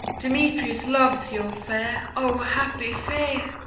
demetrius loves your fair. o happy fair!